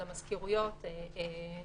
על המזכירויות וכדומה.